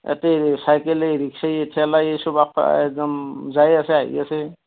তাতেই চাইকেলে ৰিক্সাই ঠেলাই চব একদম যাই আছে আহি আছে